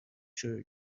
شروع